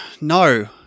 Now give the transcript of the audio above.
No